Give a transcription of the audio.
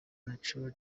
naco